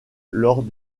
lors